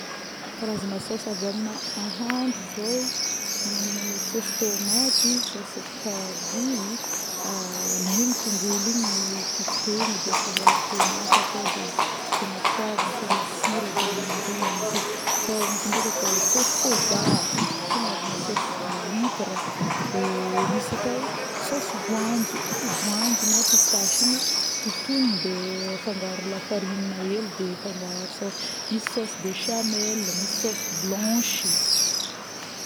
Karazagna sosy avy amina nahandro zao magnano sosy tômaty, sosy carry.yy˂ hesitation˃ alaigny tongolo igny titehigny de afangaro tômaty akao de asiagna poivre asigna sira de magnanjegny magnano sosy, fô misy ndreiky atao sosy soja, misy agnanaovagna sosy hûitre de misy atao sosy voanjo, voanjo na pistache igny, totigny de afangaro lafarigny hely de afangaro sosy, misy bechamel, misy sosy blanche